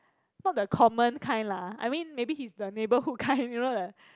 not the common kind lah I mean he's the neighbourhood kind you know the